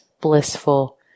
blissful